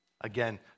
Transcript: Again